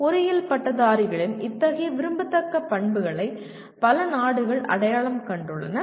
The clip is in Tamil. பொறியியல் பட்டதாரிகளின் இத்தகைய விரும்பத்தக்க பண்புகளை பல நாடுகள் அடையாளம் கண்டுள்ளன